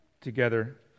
together